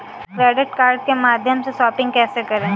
Credit card के माध्यम से शॉपिंग कैसे करें?